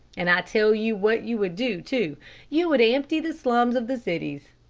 and i tell you what you would do, too you would empty the slums of the cities.